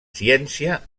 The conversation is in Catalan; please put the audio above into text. ciència